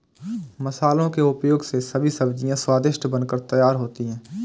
मसालों के उपयोग से सभी सब्जियां स्वादिष्ट बनकर तैयार होती हैं